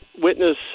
witness